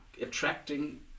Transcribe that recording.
attracting